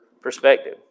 perspective